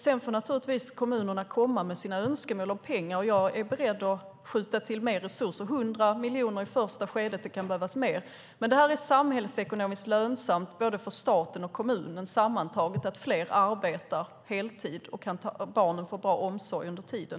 Sedan får naturligtvis kommunerna komma med sina önskemål om pengar, och jag är beredd att skjuta till mer resurser - 100 miljoner i första skedet, och det kan behövas mer. Det är samhällsekonomiskt lönsamt både för staten och för kommunerna sammantaget att fler arbetar heltid och att barnen får bra omsorg under tiden.